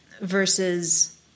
versus